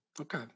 Okay